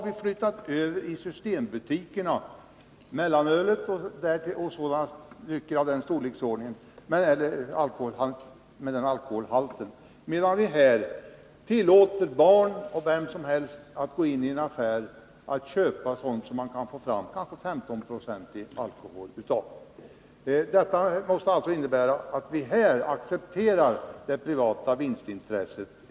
Vi flyttade ju över mellanöl och drycker med motsvarande alkoholhalt till systembutikerna, men nu tillåter vi barn och vem som helst att gå in i en affär och köpa sådant som man kan få fram drycker av med mera än 15 96 alkohol. Det innebär alltså att vi här helt och hållet accepterar det privata vinstintresset.